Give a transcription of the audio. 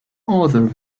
other